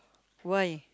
why